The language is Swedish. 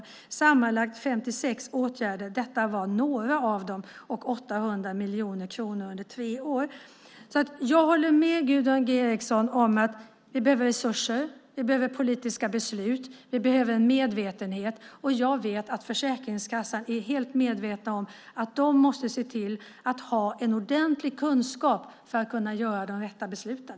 Det är sammanlagt 56 åtgärder, och detta var några av dem, och det är 800 miljoner kronor under tre år. Jag håller med Gunvor G Ericson om att vi behöver resurser, politiska beslut och en medvetenhet. Jag vet att Försäkringskassan är helt medveten om att man måste se till att ha en ordentlig kunskap för att kunna fatta de rätta besluten.